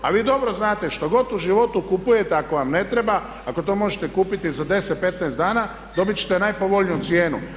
A vi dobro znate što god u životu kupujete, ako vam ne treba, ako to možete kupiti za 10, 15 dana dobiti ćete najpovoljniju cijenu.